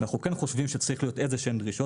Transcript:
אנחנו חושבים שצריכות להיות דרישות כלשהן,